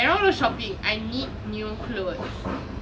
and I want go shopping I need new clothes